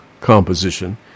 composition